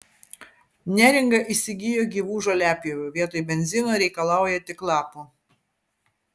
neringa įsigijo gyvų žoliapjovių vietoj benzino reikalauja tik lapų